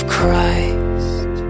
Christ